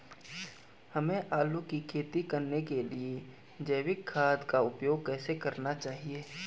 हमें आलू की खेती करने के लिए जैविक खाद का उपयोग कैसे करना चाहिए?